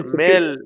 male